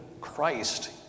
Christ